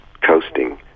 coasting